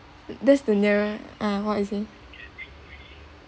that's the nearer uh what you see